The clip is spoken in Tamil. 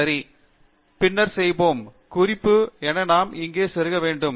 சரி பின்னர் செய்வோம் குறிப்பு என நாம் இங்கே செருக வேண்டும்